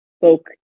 folk